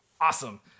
awesome